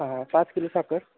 हां हां पाच किलो साखर